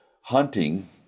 hunting